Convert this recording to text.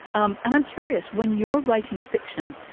um and i'm curious, when you're writing fiction,